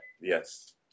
Yes